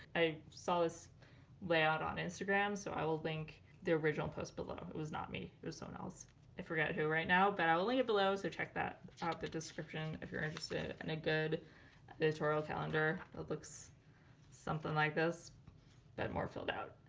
i saw this layout on instagram so i will link the original post below it was not me it was someone else i forgot to do right now but i will link it below so check that out the description if you're interested in a good editorial calendar that looks something like this but more filled out!